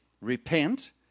repent